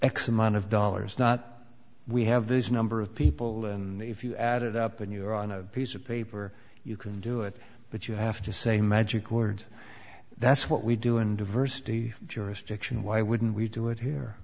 x amount of dollars not we have this number of people and if you add it up and you're on a piece of paper you can do it but you have to say magic words that's what we do in diversity jurisdiction why wouldn't we do it here